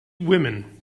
women